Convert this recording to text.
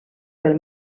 pel